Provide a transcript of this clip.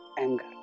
anger